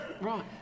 Right